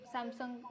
Samsung